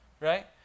right